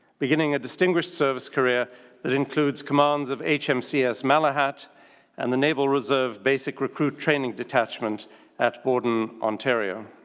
beginning a distinguished service career that includes commands of hmcs malahat and the naval reserve basic recruit training detachment at borden, ontario.